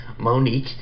Monique